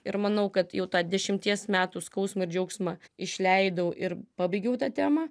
ir manau kad jau tą dešimties metų skausmą ir džiaugsmą išleidau ir pabaigiau tą temą